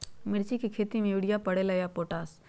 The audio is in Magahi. मिर्ची के खेती में यूरिया परेला या पोटाश?